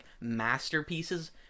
masterpieces